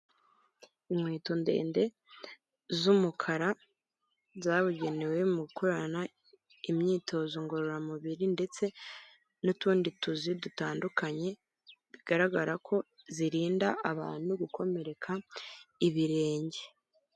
Inkweto ndende z'umukara zabugenewe mukorana imyitozo ngororamubiri ndetse n'utundi tuzi dutandukanye, bigaragara ko zirinda abantu gukomereka ibirenge.